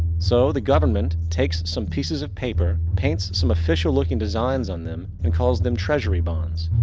so the government takes some pieces of paper, paints some official looking designs on them, and calls them treasury bonds.